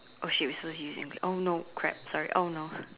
!oh-shit! we supposed to be using Engli~ oh no crap sorry oh no